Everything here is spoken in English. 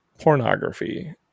pornography